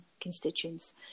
constituents